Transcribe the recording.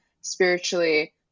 spiritually